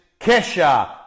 Kesha